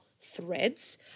Threads